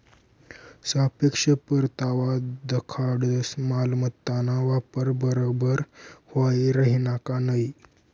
सापेक्ष परतावा दखाडस मालमत्ताना वापर बराबर व्हयी राहिना का नयी